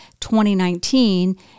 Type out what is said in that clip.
2019